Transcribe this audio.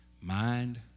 mind